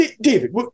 David